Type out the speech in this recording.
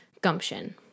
gumption